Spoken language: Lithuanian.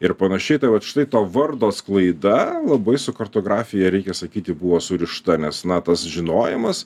ir panašiai tai vat štai to vardo sklaida labai su kartografija reikia sakyti buvo surišta nes na tas žinojimas